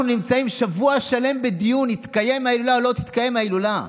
אנחנו נמצאים שבוע שלם בדיון אם תתקיים ההילולה או לא תתקיים ההילולה.